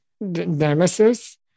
nemesis